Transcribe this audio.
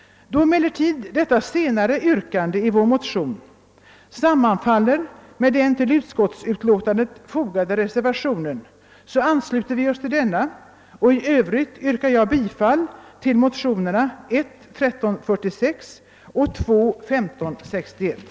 Då emellertid detta senare yrkande i vår motion sammanfaller med den till utskottsutlåtandet fogade reservationen, ansluter vi oss till denna, och i övrigt yrkar jag bifall till motionerna I: 1346 och II: 1561.